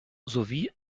sowie